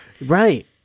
Right